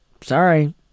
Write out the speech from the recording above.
sorry